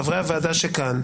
חברי הוועדה שכאן,